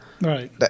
Right